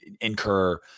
Incur